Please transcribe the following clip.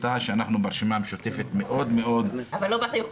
טאהא שאנחנו ברשימה המשותפת מאוד מאוד --- אנחנו